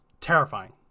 terrifying